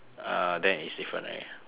ah then it's different already